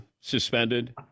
suspended